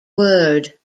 word